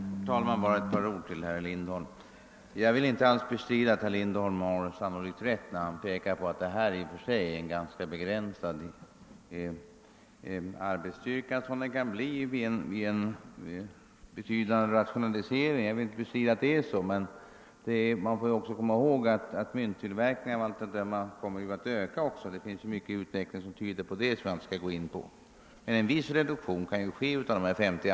Herr talman! Jag skall endast säga några ord i anledning av herr Lindholms anförande. Jag vill inte bestrida att herr Lindholm sannolikt har rätt när han påpekar att det blir fråga om en ganska begränsad arbetsstyrka till följd av den betydande rationalisering som myntverket skall företa. Å andra sidan kommer mynttillverkningen av allt att döma att öka; det finns mycket i utvecklingen som tyder på detta. Men en viss reduktion av de anställda kanske ändå måste ske.